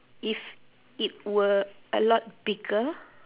if it were a lot bigger